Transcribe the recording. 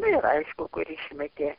nu ir aišku kur išmetė